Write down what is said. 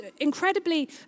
incredibly